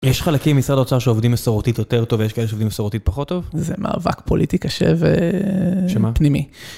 יש חלקים במשרד האוצר שעובדים מסורתית יותר טוב, ויש כאלה שעובדים מסורתית פחות טוב? זה מאבק פוליטי קשה ו... שמה? פנימי.